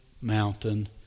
mountain